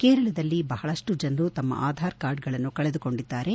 ಕೇರಳದಲ್ಲಿ ಬಹಳಷ್ಟು ಜನರು ತಮ್ಮ ಆಧಾರ್ ಕಾರ್ಡ್ಗಳನ್ನು ಕಳೆದುಕೊಂಡಿದ್ದಾರೆ